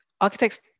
architects